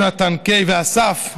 ליונתן קיי ולאסף,